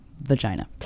vagina